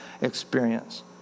experience